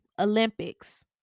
Olympics